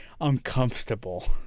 uncomfortable